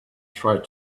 tried